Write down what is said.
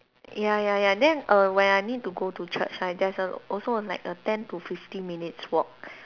ya ya ya then err when I need to go to church right there's a also like a ten to fifteen minutes walk